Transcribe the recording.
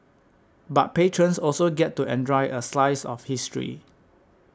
but patrons also get to enjoy a slice of history